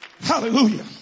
Hallelujah